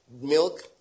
milk